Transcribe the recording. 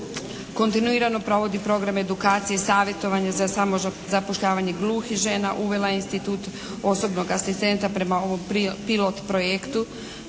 Kontinuirano provodi programe edukacije savjetovanja za samozapošljavanje gluhih žena. Uvela je institut osobnog asistenta prema pilot projektu.